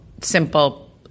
simple